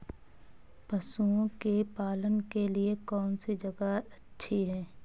पशुओं के पालन के लिए कौनसी जगह अच्छी है?